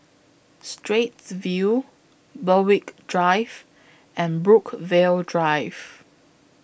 Straits View Berwick Drive and Brookvale Drive